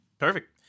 Perfect